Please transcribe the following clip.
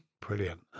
brilliant